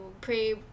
pray